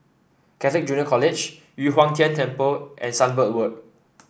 Catholic Junior College Yu Huang Tian Temple and Sunbird word